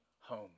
home